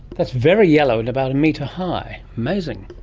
that's very yellow and about a metre high, amazing.